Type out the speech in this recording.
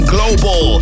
Global